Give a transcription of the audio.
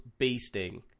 Beasting